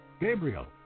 Gabriel